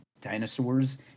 dinosaurs